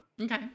okay